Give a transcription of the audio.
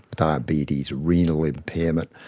diabetes, renal impairment,